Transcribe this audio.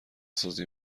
سازی